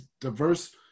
diverse